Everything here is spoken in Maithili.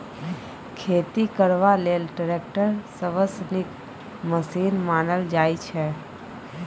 खेती करबा लेल टैक्टर सबसँ नीक मशीन मानल जाइ छै